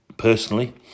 personally